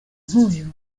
nk’uyu